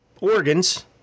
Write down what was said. organs